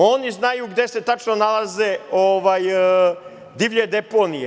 Oni znaju gde se tačno nalaze divlje deponije.